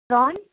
prawn